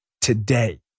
today